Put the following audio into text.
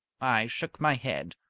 i shook my head.